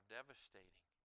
devastating